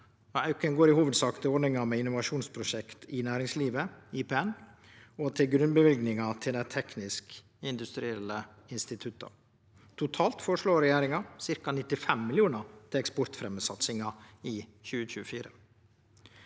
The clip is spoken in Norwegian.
Auken går i hovudsak til ordninga med innovasjonsprosjekt i næringslivet, IPN, og til grunnløyvinga til dei teknisk-industrielle institutta. Totalt føreslår regjeringa ca. 95 mill. kr til satsingar på